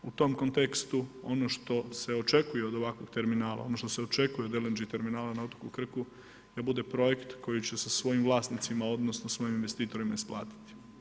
U tom kontekstu ono što se očekuje od ovakvog terminala, ono što se očekuje od LNG terminala na otoku Krku da bude projekt koji će sa svojim vlasnicima odnosno svojim investitorima isplatiti.